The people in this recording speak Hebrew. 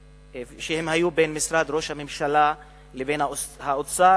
שהיו בין משרד ראש הממשלה לבין משרד האוצר,